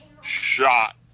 shot